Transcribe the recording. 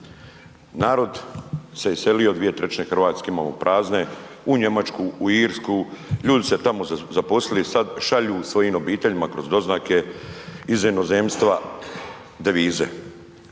Narod se iselio, 2/3 Hrvatske imamo prazne u Njemačku, u Irsku, ljudi se tamo zaposlili, sad šalju svojim obiteljima kroz doznake iz inozemstva devize.